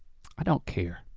i don't care.